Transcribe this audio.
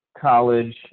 college